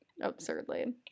absurdly